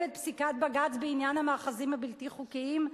את פסיקת בג"ץ בעניין המאחזים הבלתי-חוקיים.